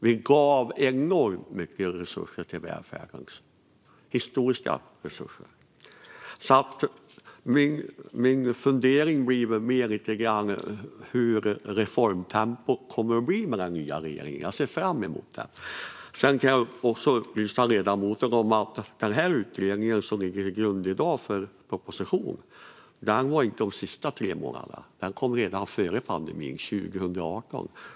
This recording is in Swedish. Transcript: Vi gav enormt mycket resurser till välfärden - historiska resurser. Min fundering handlar väl mer om hur reformtempot kommer att bli med den nya regeringen. Jag ser fram emot att se det. Sedan kan jag upplysa ledamoten om att den utredning som ligger till grund för propositionen i dag inte kom de sista tre månaderna. Den kom redan före pandemin, 2018.